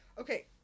Okay